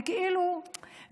וזה כאילו משהו,